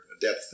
depth